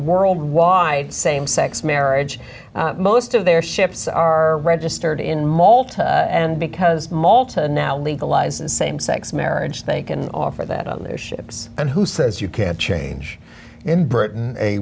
worldwide same sex marriage most of their ships are registered in malta and because malta now legalized same sex marriage they can offer that on their ships and who says you can't change in britain a